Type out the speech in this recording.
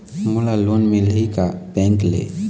मोला लोन मिलही का बैंक ले?